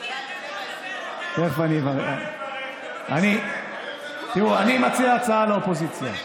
תראו, אני מציע הצעה לאופוזיציה.